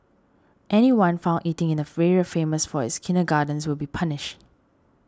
anyone found eating in an area famous for its kindergartens will be punished